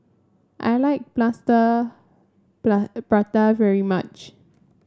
I like Plaster Prata very much